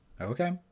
Okay